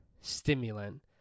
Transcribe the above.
stimulant